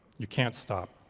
you can't stop.